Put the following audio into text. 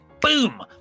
boom